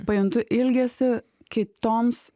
pajuntu ilgesį kitoms